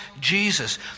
Jesus